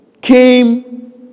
came